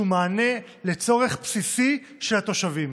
שהוא מענה לצורך בסיסי של התושבים.